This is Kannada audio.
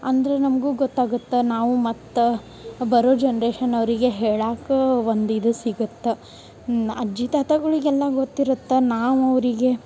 ಅಂದ್ರ ನಮಗೂ ಗೊತ್ತಾಗತ್ತೆ ನಾವು ಮತ್ತೆ ಬರೋ ಜನ್ರೇಷನ್ ಅವರಿಗೆ ಹೇಳಾಕ ಒಂದು ಇದು ಸಿಗತ್ತೆ ಅಜ್ಜಿ ತಾತಗುಳಿಗೆಲ್ಲ ಗೊತ್ತಿರತ್ತೆ ನಾವು ಅವರಿಗೆ